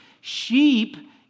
Sheep